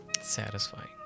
Satisfying